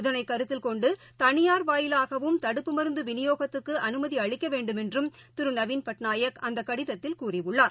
இதனைகருத்தில் கொண்டுதனியார் வாயிலாகவும் தடுப்பு மருந்துவிநியோகத்துக்குஅனுமதிஅளிக்கவேண்டுமென்றும் திருநவின் பட்நாயக் அந்தகடிதத்தில் கூறியுள்ளார்